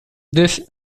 this